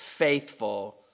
faithful